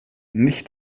nicht